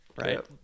right